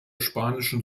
spanische